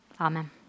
Amen